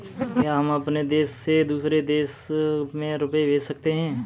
क्या हम अपने देश से दूसरे देश में रुपये भेज सकते हैं?